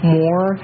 more